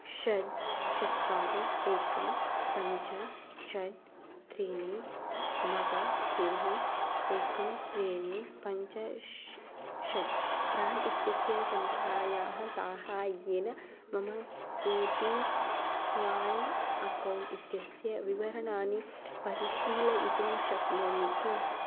षड् चत्वारि एकं पञ्च षड् त्रीणि नव त्रीणि एकं त्रीणि पञ्च षड् प्राण् इत्यस्य सङ्ख्यायाः साहाय्येन मम ए पी वै अकौण्ट् इत्यस्य विवरणानि परिशीलयितुं शक्नोमि किम्